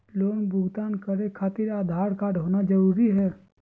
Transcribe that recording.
Loan भुगतान खातिर Aadhaar card होना जरूरी है?